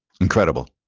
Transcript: incredible